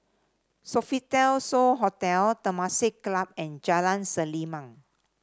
Sofitel So Hotel Temasek Club and Jalan Selimang